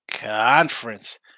Conference